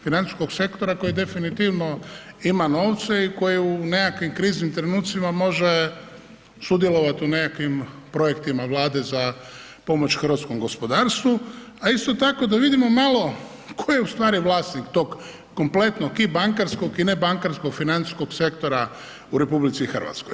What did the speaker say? Financijskog sektora koji definitivno ima novce i koji u nekakvim kriznim trenutcima može sudjelovati u nekakvim projektima Vlade za pomoć hrvatskom gospodarstvu, a isto tako da vidimo malo tko je u stvari vlasnik tog kompletnog i nebankarskog financijskog sektora u RH.